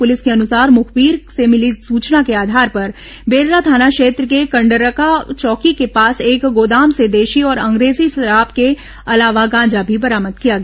police के अनुसार मुखबिर से मिली सूचना के आधार पर बेरला थाना क्षेत्र के कंडरका चौकी के पास एक गोदाम र्स देशी और अंग्रेजी शराब के अलावा गांजा भी बरामद किया गया